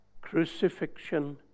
Crucifixion